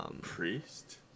Priest